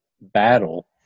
battle